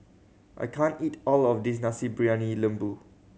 I can't eat all of this Nasi Briyani Lembu